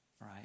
right